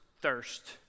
thirst